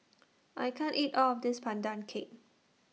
I can't eat All of This Pandan Cake